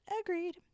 Agreed